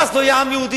ואז לא יהיה עם יהודי.